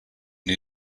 new